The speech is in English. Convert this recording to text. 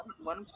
one